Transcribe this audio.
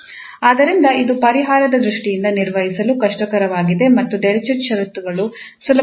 ಆದ್ದರಿಂದ ಇದು ಪರಿಹಾರದ ದೃಷ್ಟಿಯಿಂದ ನಿರ್ವಹಿಸಲು ಕಷ್ಟಕರವಾಗಿದೆ ಮತ್ತು ಡಿರಿಚ್ಲೆಟ್ ಷರತ್ತುಗಳು ಸುಲಭವಾದದ್ದು